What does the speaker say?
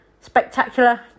Spectacular